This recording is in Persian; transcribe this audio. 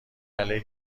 علیه